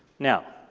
now,